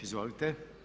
Izvolite.